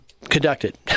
conducted